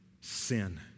Sin